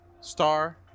star